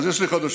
אז יש לי חדשות: